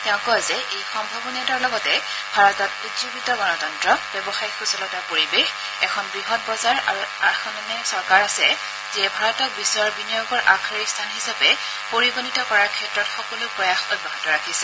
তেওঁ কয় যে এই সম্ভাৱনীয়তাৰ লগতে ভাৰতত উজ্জীৱিত গণতন্ত্ৰ ব্যৱসায়িক সুচলতাৰ পৰিৱেশ এখন বৃহৎ বজাৰ আৰু এখন এনে চৰকাৰ আছে যিয়ে ভাৰতক বিশ্বৰ বিনিয়োগৰ আগশাৰীৰ স্থান হিচাপে পৰিগণিত কৰাৰ ক্ষেত্ৰত সকলো প্ৰয়াস অব্যাহত ৰাখিছে